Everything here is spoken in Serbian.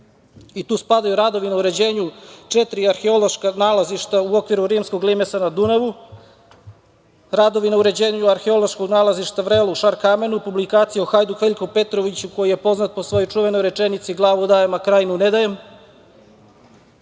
i tu spadaju radovi na uređenju četiri arheološka nalazišta u okviru Rimskog limesa na Dunavu, radovi na uređenju arheološkog nalazišta Vrelo u Šarkamenu, publikacije o Hajduk Veljku Petroviću, koji je poznat po svojoj čuvenoj rečenici: „Glavu dajem, a Krajinu ne dajem“